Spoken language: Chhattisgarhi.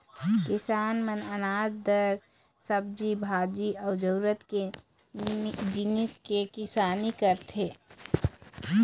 किसान मन अनाज, दार, सब्जी भाजी अउ जरूरत के जिनिस के किसानी करथे